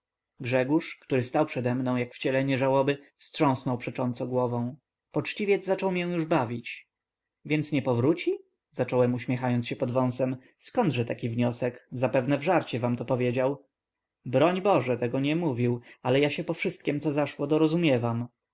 grzegórz który stał przedemną jak wcielenie żałoby wstrząsnął przecząco głową poczciwiec zaczął mię już bawić więc nie powróci zacząłem uśmiechając się pod wąsem zkądże taki wniosek zapewne w żarcie wam to powiedział broń boże tego nie mówił ale się ja po wszystkiem co zaszło dorozumiewam